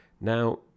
Now